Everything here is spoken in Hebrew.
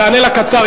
תענה לה קצר.